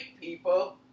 people